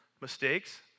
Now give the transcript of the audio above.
mistakes